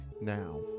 now